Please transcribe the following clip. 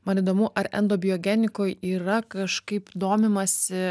man įdomu ar endobiogenikoj yra kažkaip domimasi